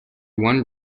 one